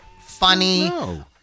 funny